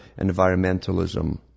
environmentalism